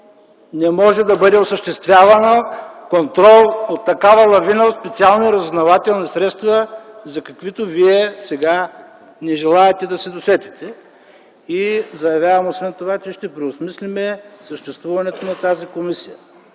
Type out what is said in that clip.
не може да бъде осъществяван контрол от такава лавина от специални разузнавателни средства, за каквато вие сега не желаете да се досетите. Заявявам освен това, че ще преосмислим съществуването на тази комисия